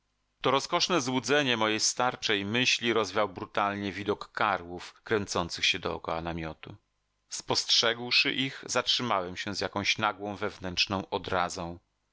to rozkoszne złudzenie mojej starczej myśli rozwiał brutalnie widok karłów kręcących się dokoła namiotu spostrzegłszy ich zatrzymałem się z jakąś nagłą wewnętrzną odrazą